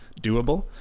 doable